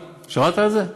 שמעת על זה?